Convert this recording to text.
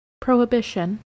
Prohibition